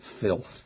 filth